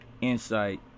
insight